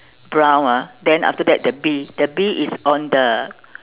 brown ah then after that the bee the bee is on the